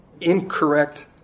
incorrect